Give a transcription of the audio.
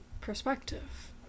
perspective